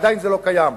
עדיין זה לא קיים.